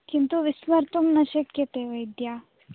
किन्तु विस्मर्तुं न शक्यते वैद्ये